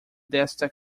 desta